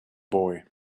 boy